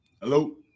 hello